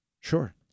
Sure